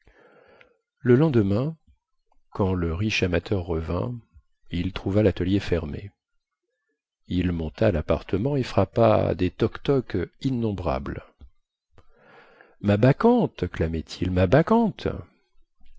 le lendemain quand le riche amateur revint il trouva latelier fermé il monta à lappartement et frappa des toc toc innombrables ma bacchante clamait il ma bacchante